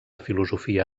filosofia